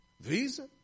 Visa